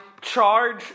charge